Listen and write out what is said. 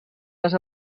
les